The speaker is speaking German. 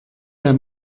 der